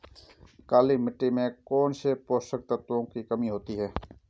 काली मिट्टी में कौनसे पोषक तत्वों की कमी होती है?